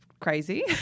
Crazy